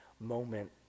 moment